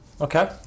Okay